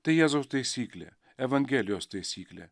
tai jėzaus taisyklė evangelijos taisyklė